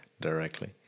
directly